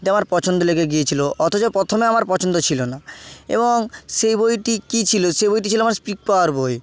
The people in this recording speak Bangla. দিয়ে আমার পছন্দে লেগে গিয়েছিলো অথচ প্রথমে আমার পছন্দ ছিলো না এবং সেই বইটি কী ছিলো সেই বইটি ছিলো আমার স্পিক পাওয়ার বই